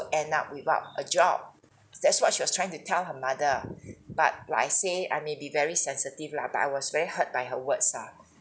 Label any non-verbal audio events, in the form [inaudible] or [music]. end up without a job that's what she was trying to tell her mother [breath] but like I say I may be very sensitive lah but I was very hurt by her words ah